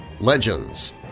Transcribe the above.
legends